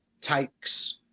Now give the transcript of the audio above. Takes